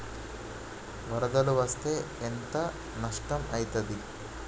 వరదలు వస్తే ఎంత నష్టం ఐతది?